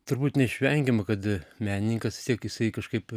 turbūt neišvengiama kad menininkas vis tiek jisai kažkaip